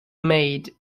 made